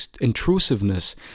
intrusiveness